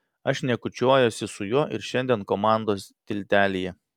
aš šnekučiuojuosi su juo ir šiandien komandos tiltelyje